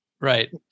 Right